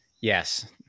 Yes